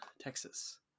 Texas